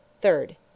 Third